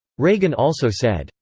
reagan also said,